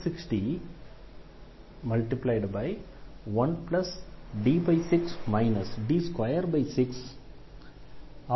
அதனை வெளியே எடுக்கலாம்